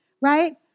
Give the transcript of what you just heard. right